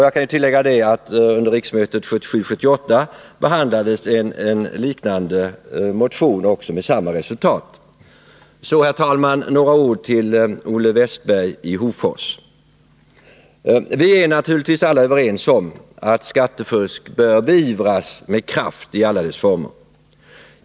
Jag kan tillägga att under riksmötet 1977/78 behandlades en liknande motion med samma resultat. Så några ord till Olle Westberg i Hofors. Vi är naturligtvis alla överens om att skattefusk i alla former bör beivras med kraft.